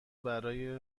برای